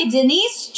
Denise